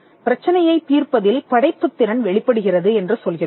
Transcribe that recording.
பிரச்சனையைத் தீர்ப்பதில் படைப்புத் திறன் வெளிப்படுகிறது என்று சொல்கிறோம்